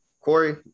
Corey